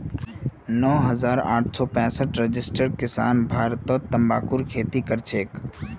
नौ हजार आठ सौ पैंसठ रजिस्टर्ड किसान भारतत तंबाकूर खेती करछेक